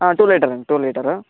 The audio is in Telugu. టూ లీటర్స్ అండి టూ లీటర్స్